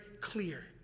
clear